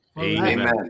Amen